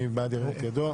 מי שבעד, ירים את ידו.